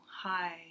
hi